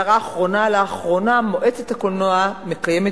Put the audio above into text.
והערה אחרונה על האחרונה: מועצת הקולנוע מקיימת